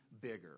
bigger